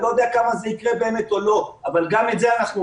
אני לא יודע עד כמה זה יקרה באמת או לא אבל גם את זה אנחנו עושים.